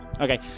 Okay